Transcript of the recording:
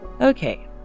Okay